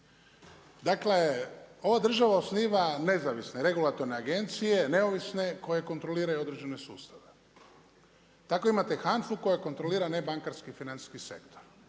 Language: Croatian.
Dakle, ova država osniva nezavisne, regulatorne agencije, neovisne koji kontroliraju određeni sustav. Dakle, imate HANFA-u koja kontrolira nebankarski financijski sektor.